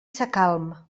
sacalm